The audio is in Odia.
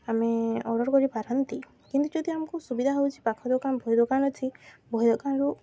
ଆମେ ଅର୍ଡ଼ର୍ କରିପାରନ୍ତି କିନ୍ତୁ ଯଦି ଆମକୁ ସୁବିଧା ହେଉଛି ପାଖ ଦୋକାନ ବହି ଦୋକାନ ଅଛି ବହି ଦୋକାନରୁ